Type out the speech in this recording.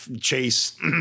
chase